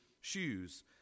shoes